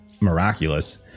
miraculous